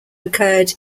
occurred